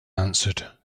answered